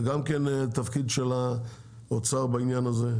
גם זה התפקיד של האוצר, בעניין הזה.